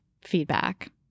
feedback